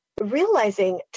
realizing